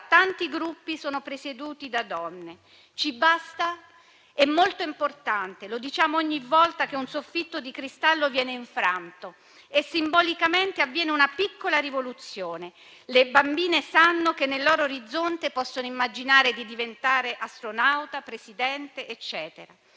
tanti Gruppi sono presieduti da donne. Ci basta? È molto importante, lo diciamo ogni volta che un soffitto di cristallo viene infranto e simbolicamente avviene una piccola rivoluzione. Le bambine sanno che nel loro orizzonte possono immaginare di diventare astronauta, presidente, eccetera.